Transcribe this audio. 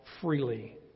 freely